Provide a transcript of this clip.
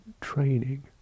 training